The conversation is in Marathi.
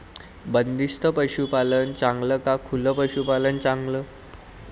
बंदिस्त पशूपालन चांगलं का खुलं पशूपालन चांगलं?